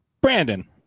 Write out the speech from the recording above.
Brandon